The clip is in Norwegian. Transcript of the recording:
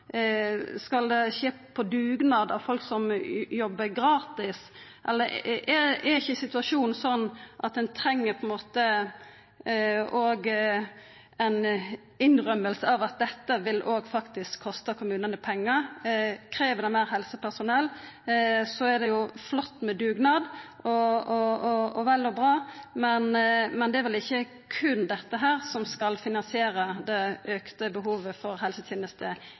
skal skje heilt utan vederlag? Skal det skje på dugnad av folk som jobbar gratis? Er ikkje situasjonen sånn at ein òg bør innrømma at dette faktisk vil kosta kommunane pengar? Krev det meir helsepersonell, er det jo flott og vel og bra med dugnad, men det er vel ikkje berre dette som skal finansiera det auka behovet for helsetenester